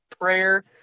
prayer